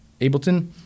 Ableton